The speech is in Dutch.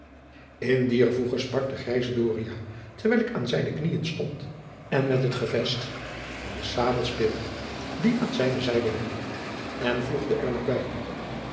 in dier voege sprak de grijze doria terwijl ik aan zijne knieën stond en met het gevest van de sabel speelde die aan zijne zijde hing en voegde er nog bij